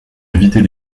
éviter